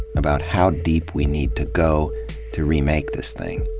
about how deep we need to go to remake this thing.